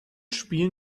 spiel